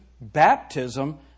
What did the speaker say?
baptism